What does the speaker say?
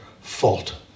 fault